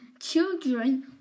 children